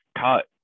cut